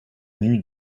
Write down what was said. nus